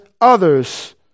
others